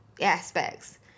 aspects